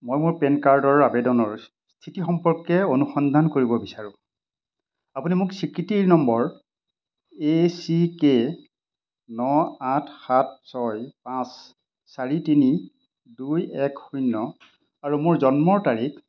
মই মোৰ পেন কাৰ্ডৰ আবেদনৰ স্থিতি সম্পৰ্কে অনুসন্ধান কৰিব বিচাৰোঁ আপুনি মোক স্বীকৃতি নম্বৰ এ চি কে ন আঠ সাত ছয় পাঁচ চাৰি তিনি দুই এক শূন্য আৰু মোৰ জন্মৰ তাৰিখ